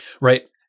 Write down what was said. right